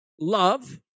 love